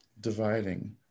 dividing